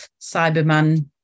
cyberman